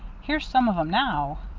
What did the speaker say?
here's some of em now.